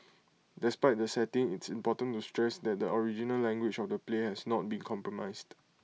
despite the setting it's important to stress that the original language of the play has not been compromised